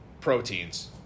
proteins